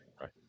Right